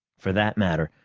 for that matter,